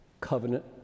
covenant